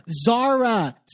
Zara